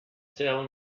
tell